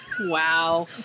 Wow